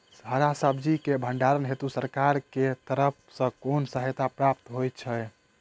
हरा सब्जी केँ भण्डारण हेतु सरकार की तरफ सँ कुन सहायता प्राप्त होइ छै?